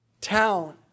town